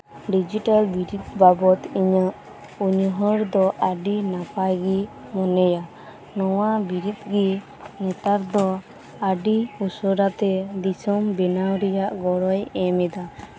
digital ᱵᱤᱨᱤᱫ ᱵᱟᱵᱚᱫ ᱤᱧᱟᱹᱜ ᱩᱭᱦᱟᱹᱨ ᱫᱚ ᱟᱹᱰᱤ ᱱᱟᱯᱟᱭ ᱜᱮᱧ ᱢᱚᱱᱮᱭᱟ ᱱᱚᱶᱟ ᱵᱤᱨᱤᱫ ᱜᱮ ᱱᱮᱛᱟᱨ ᱫᱚ ᱟᱹᱰᱤ ᱩᱥᱟᱹᱨᱟ ᱛᱮ ᱫᱤᱥᱚᱢ ᱵᱮᱱᱟᱣ ᱨᱮᱭᱟᱜ ᱜᱚᱲᱚᱭ ᱮᱢ ᱮᱫᱟ